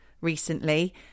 recently